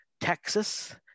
Texas